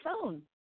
phone